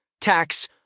tax